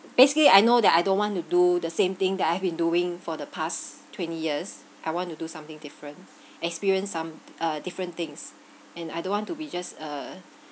basically I know that I don't want to do the same thing that I've been doing for the past twenty years I want to do something different experience some uh different things and I don't want to be just a